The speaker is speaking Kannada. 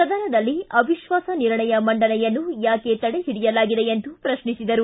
ಸದನದಲ್ಲಿ ಅವಿಶ್ವಾಸ ನಿರ್ಣಯ ಮಂಡನೆಯನ್ನು ಯಾಕೆ ತಡೆ ಹಿಡಿಯಲಾಗಿದೆ ಎಂದು ಪ್ರತ್ನಿಸಿದರು